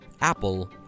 Apple